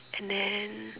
and then